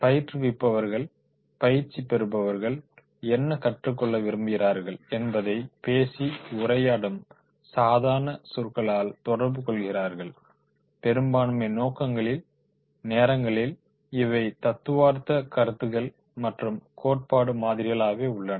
பயிற்றுவிப்பவர்கள் பயிற்சி பெறுபவர்கள் என்ன கற்றுக்கொள்ள விரும்புகிறார்கள் என்பதைப் பேசி உரையாடும் சாதாரண சொற்களால் தொடர்பு கொள்கிறார்கள் பெரும்பான்மை நேரங்களில் இவை தத்துவார்த்த கருத்துக்கள் மற்றும் கோட்பாடு மாதிரிகளாகவே உள்ளன